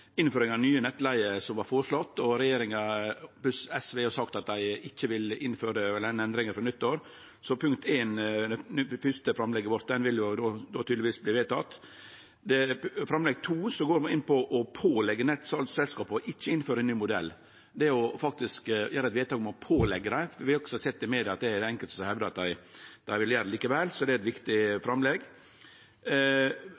innføring av ny modell for nettleige, som var føreslått. Regjeringa pluss SV har sagt at dei ikkje vil innføre denne endringa frå nyttår, så punkt éin, det første framlegget vårt, vil då tydelegvis verte vedteke. I framlegg nr. 2 går vi inn for å påleggje nettselskapa å ikkje innføre ein ny modell, det å faktisk gjere eit vedtak om å påleggje dei det. Vi har sett i media at det er det enkelte som hevdar at dei vil gjere likevel, så det er eit viktig